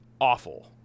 awful